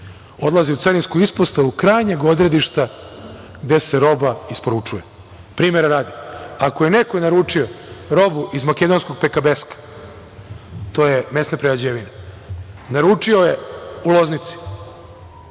odlazi u carinsku ispostavu krajnjeg odredišta gde se roba isporučuje. Primera radi, ako je neko naručio robu iz makedonskog "Pekabesko", to je mesna prerađevina, naručio je u Loznici,